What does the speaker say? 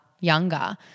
younger